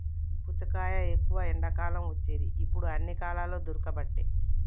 పుచ్చకాయ ఎక్కువ ఎండాకాలం వచ్చేది ఇప్పుడు అన్ని కాలాలల్ల దొరుకబట్టె